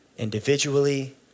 individually